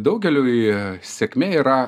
daugeliui sėkmė yra